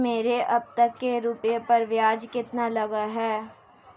मेरे अब तक के रुपयों पर ब्याज कितना लगा है?